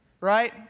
Right